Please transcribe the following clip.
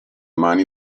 mani